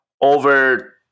over